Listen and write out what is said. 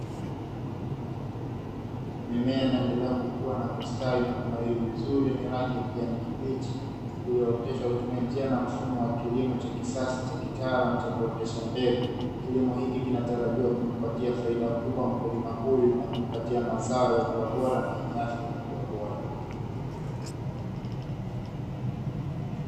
Mimea inayoendelea kukua na kustawi na kunawiri vizuri yenye rangi ya kijani kibichi, iliyooteshwa kutumia njia na mfumo wa kilimo cha kisasa cha kitaalamu cha kuotesha mbegu. Kilimo hiki kinatarajiwa kumpatia faida kubwa mkulima huyu na kumpatia mazao yaliyokuwa bora na yenye afya iliyokuwa bora.